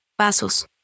pasos